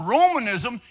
Romanism